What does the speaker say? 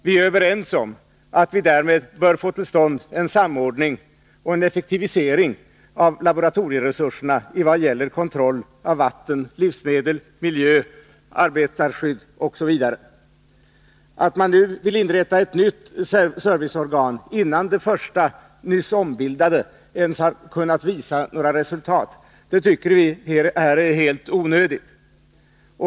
Vi är överens om att vi därmed bör få till stånd en samordning och en effektivisering av laboratorieresurserna i vad gäller kontroll av vatten, livsmedel, miljö, arbetarskydd osv. Att nu inrätta ett nytt serviceorgan innan det första, nyss ombildade, ens har kunnat visa några resultat tycker vi är helt onödigt.